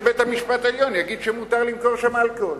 שבית-המשפט העליון יגיד שמותר למכור שם אלכוהול.